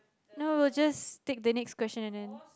no just take the next question and then